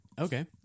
okay